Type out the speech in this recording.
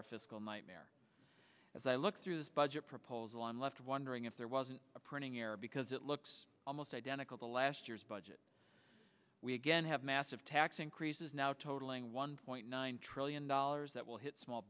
fiscal nightmare as i look through this budget proposal on left wondering if there wasn't a printing error because it looks almost identical to last year's budget we again have massive tax increases now totaling one point nine trillion dollars that will hit small